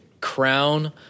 crown